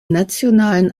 nationalen